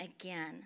again